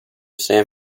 san